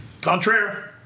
Contraire